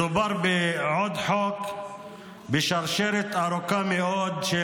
מדובר בעוד חוק בשרשרת ארוכה מאוד של